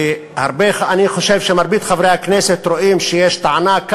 ואני חושב שמרבית חברי הכנסת רואים שיש כאן טענה,